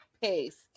paste